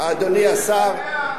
אדוני השר,